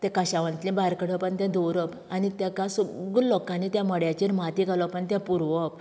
तें काश्यावांतलें भायर काडप आनी तें दवरप आनी तेका सगलो लोकांनी त्या मड्याचेर माती घालप आनी तें पुरोवप